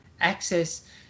access